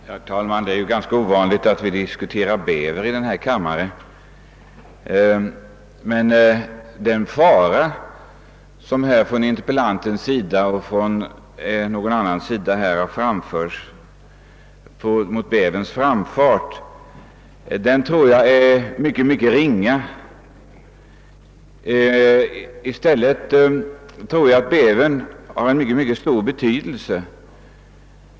Herr talman! Det är ganska ovanligt att vi diskuterar bäver i denna kammare, men den fara för skadegörelse genom bäverns framfart som anförts av interpellanten och från annat håll är enligt min uppfattning mycket ringa. I stället tror jag att bävern har en mycket stor betydelse.